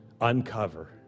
uncover